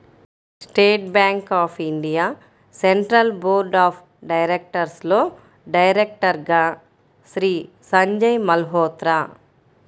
state bank of India central board of డైరెక్టర్స్లో డైరెక్టర్గా శ్రీ సంజయ్ మల్హోత్రా